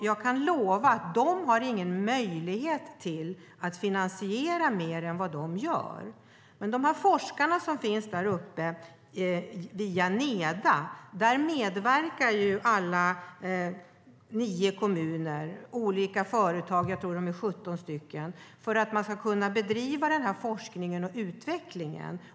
Jag kan lova att de inte har någon möjlighet att finansiera mer än de gör. När det gäller de forskare som finns där uppe via Neda medverkar alla nio kommuner och olika företag - jag tror att det är 17 stycken - för att man ska kunna bedriva forskning och utveckling.